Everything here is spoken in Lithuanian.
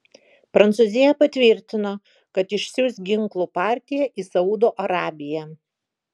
prancūzija patvirtino kad išsiųs ginklų partiją į saudo arabiją